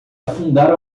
afundar